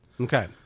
Okay